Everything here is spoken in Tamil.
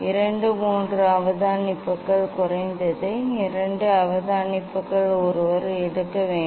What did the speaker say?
இரண்டு மூன்று அவதானிப்புகள் குறைந்தது இரண்டு அவதானிப்புகள் ஒருவர் எடுக்க வேண்டும்